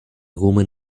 woman